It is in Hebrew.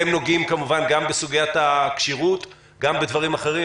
אתם נוגעים כמובן גם בסוגיית הכשירות וגם בדברים אחרים.